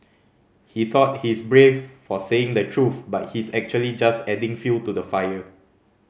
he thought he's brave for saying the truth but he's actually just adding fuel to the fire